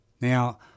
Now